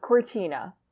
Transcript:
Cortina